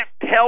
tell